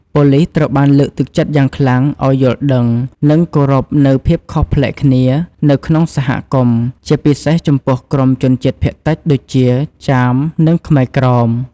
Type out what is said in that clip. ប៉ូលិសត្រូវបានលើកទឹកចិត្តយ៉ាងខ្លាំងឲ្យយល់ដឹង និងគោរពនូវភាពខុសប្លែកគ្នា នៅក្នុងសហគមន៍ ជាពិសេសចំពោះក្រុមជនជាតិភាគតិចដូចជា ចាម និងខ្មែរក្រោម។